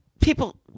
people